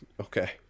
okay